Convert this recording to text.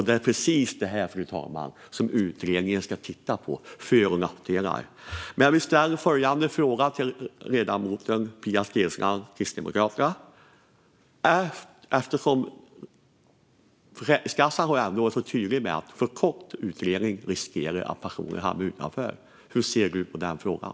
Det är precis det här utredningen ska titta på: för och nackdelar. Jag vill ställa följande fråga till ledamoten Pia Steensland från Kristdemokraterna: Försäkringskassan har varit tydlig med att en för kort utredning gör att personer riskerar att hamna utanför. Hur ser du på den frågan?